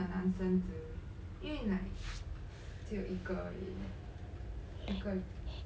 ya